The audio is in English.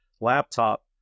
laptop